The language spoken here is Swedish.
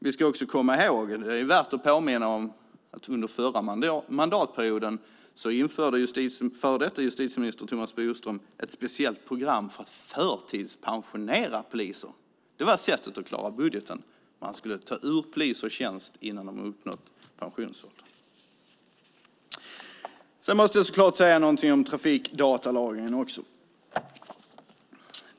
Vi ska också komma ihåg - det är värt att påminna om - att under förra mandatperioden införde dåvarande justitieministern Thomas Bodström ett speciellt program för att förtidspensionera poliser. Det var sättet att klara budgeten. Man skulle ta poliser ur tjänst innan de uppnått pensionsålder. Jag måste så klart säga något om trafikdatalagringen också.